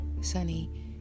Sunny